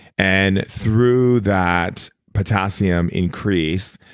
and through that potassium increased,